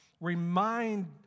remind